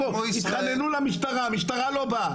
התחננו למשטרה, המשטרה לא באה.